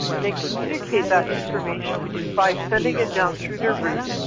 they communicate that information by sending it down through their roots,